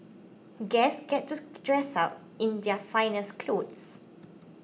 guests get to dress up in their finest clothes